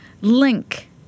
link